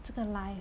这个 life